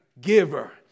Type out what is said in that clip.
giver